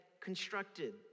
constructed